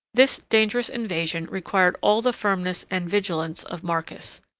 this dangerous invasion required all the firmness and vigilance of marcus.